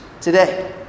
today